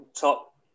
top